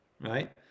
right